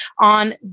on